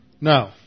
No